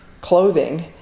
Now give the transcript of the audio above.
clothing